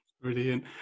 Brilliant